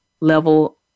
level